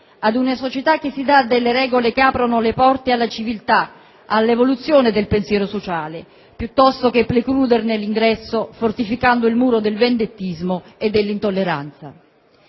ad una società che si dà delle regole che aprono le porte alla civiltà, all'evoluzione del pensiero sociale, piuttosto che precluderne l'ingresso fortificando il muro del «vendettismo» e dell'intolleranza.